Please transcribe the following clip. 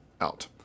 out